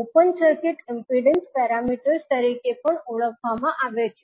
open circuit impedance parameters તરીકે પણ ઓળખવામાં આવે છે